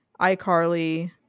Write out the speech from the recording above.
iCarly